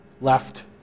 left